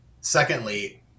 Secondly